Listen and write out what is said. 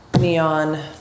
neon